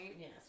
Yes